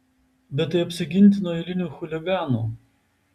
bet tai apsiginti nuo eilinių chuliganų